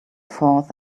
forth